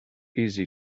easy